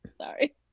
Sorry